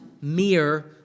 mere